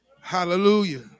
Hallelujah